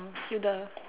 um hold on